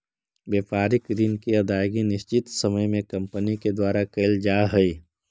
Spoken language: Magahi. व्यापारिक ऋण के अदायगी निश्चित समय में कंपनी के द्वारा कैल जा हई